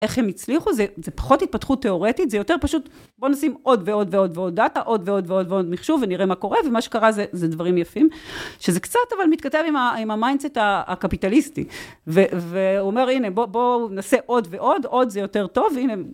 איך הם הצליחו? זה פחות התפתחות תאורטית זה יותר פשוט בוא נשים עוד ועוד ועוד ועוד דאטה עוד ועוד ועוד ועוד מחשוב ונראה מה קורה ומה שקרה זה דברים יפים, שזה קצת אבל מתכתב עם המיינדסט הקפיטליסטי והוא אומר הנה בוא נעשה עוד ועוד עוד זה יותר טוב הנה